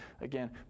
again